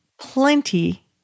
plenty